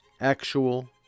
Actual